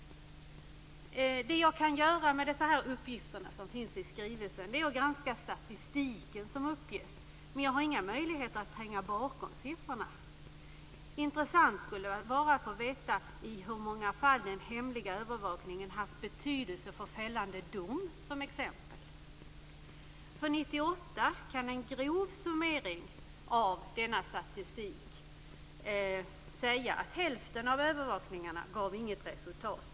Det jag kan göra med de uppgifter som finns i skrivelsen är att granska den statistik som uppges. Men jag har inga möjligheter att tränga bakom siffrorna. Intressant skulle vara att få veta i hur många fall den hemliga övervakningen haft betydelse för t.ex. fällande dom. För 1998 kan en grov summering av denna statistik säga att hälften av övervakningarna inte gav något resultat.